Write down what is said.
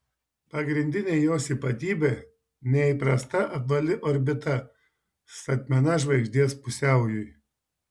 pagrindinė jos ypatybė neįprasta apvali orbita statmena žvaigždės pusiaujui